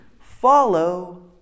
follow